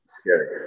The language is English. Scary